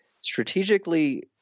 strategically